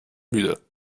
müde